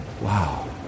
Wow